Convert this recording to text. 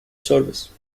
service